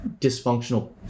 dysfunctional